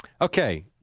Okay